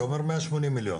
אתה אומר מאה שמונים מיליון?